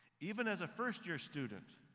even as a first year student,